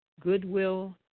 goodwill